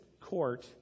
court